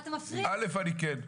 א', אני כן.